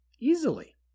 easily